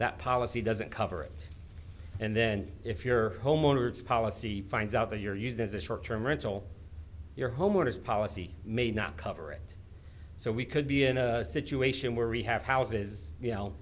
that policy doesn't cover it and then if your homeowners policy finds out that you're used as a short term rental your homeowner's policy may not cover it so we could be in a situation where we have houses